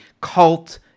cult